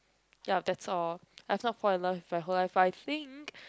ya that's all I is not fall in love in whole life fine I think